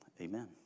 Amen